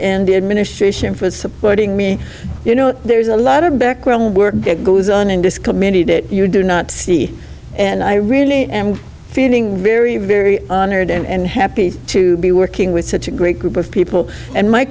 and the administration for supporting me you know there's a lot of back goes on in this committee that you do not see and i really am feeling very very honored and happy to be working with such a great group of people and my